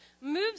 moves